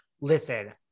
Listen